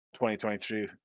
2023